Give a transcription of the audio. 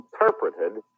interpreted